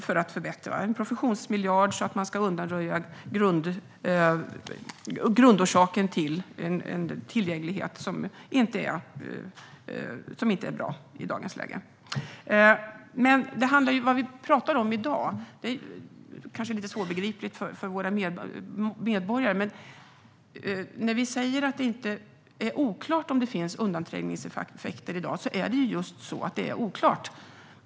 Det finns en professionsmiljard för att undanröja grundorsaken till en inte så bra tillgänglighet i dagens läge. Det vi pratar om i dag är kanske lite svårbegripligt för våra medborgare. När vi säger att det är oklart om det finns undanträngningseffekter i dag är det för att det är just oklart.